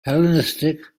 hellenistic